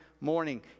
morning